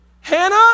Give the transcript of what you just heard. Hannah